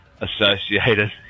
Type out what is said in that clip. associated